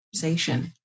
conversation